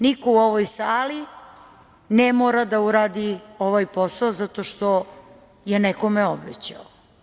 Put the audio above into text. Niko u ovoj sali ne mora da uradi ovaj posao zato što je nekome obećao.